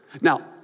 Now